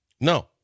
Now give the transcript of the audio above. No